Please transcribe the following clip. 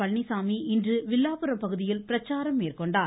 பழனிசாமி இன்று வில்லாபுரம் பகுதியில் பிரச்சாரம் மேற்கொண்டார்